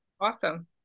Awesome